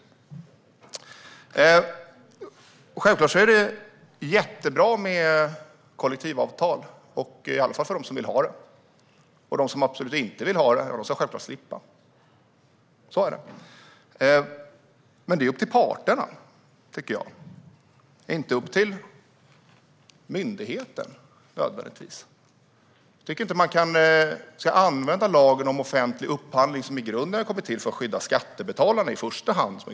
Det är självklart jättebra med kollektivavtal, i alla fall för dem som vill ha det. De som absolut inte vill ha det ska självklart slippa. Men det är upp till parterna, inte till myndigheterna. Lagen om offentlig upphandling kom till för att i första hand skydda skattebetalarna.